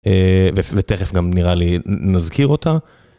ותכף גם נראה לי נזכיר אותה.